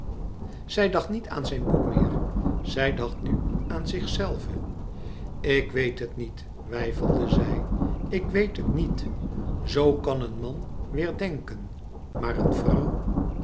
zij dacht niet aan zijn boek meer zij dacht nu aan zichzelve ik weet het niet weifelde zij ik weet het niet zoo kan een man weêr denken maar een vrouw